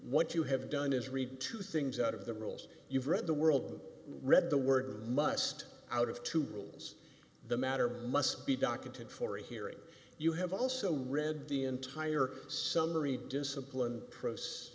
what you have done is read two things out of the rules you've read the world read the word must out of two rules the matter must be docketed for a hearing you have also read the entire summary disciplined pro